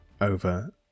over